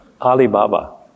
Alibaba